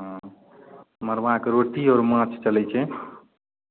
हँ मड़ुआके रोटी आओर माँछ चलै छै